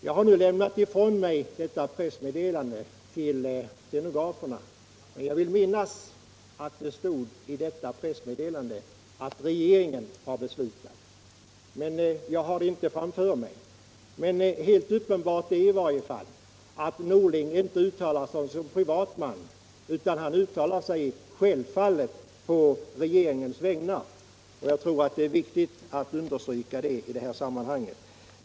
Jag har lämnat ifrån mig detta pressmeddelande till stenograferna, men jag vill minnas att det där stod att ”regeringen har beslutat”. Det är i varje fall helt uppenbart att Bengt Norling inte uttalade sig som privatperson utan självfallet på regeringens vägnar, vilket jag tror är viktigt att understryka i det här sammanhanget.